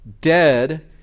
dead